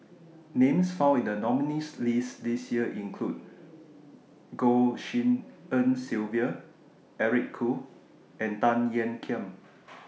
Names found in The nominees' list This Year include Goh Tshin En Sylvia Eric Khoo and Tan Ean Kiam